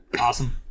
awesome